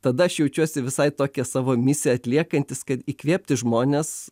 tada aš jaučiuosi visai tokią savo misiją atliekantis kad įkvėpti žmones